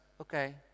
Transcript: Okay